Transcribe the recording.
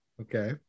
Okay